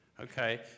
Okay